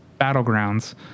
Battlegrounds